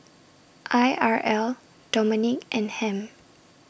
I R L Dominique and Ham